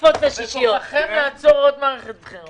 בכוחכם לעצור עוד מערכת בחירות.